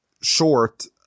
short